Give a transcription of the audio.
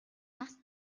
нас